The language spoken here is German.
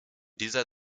dieser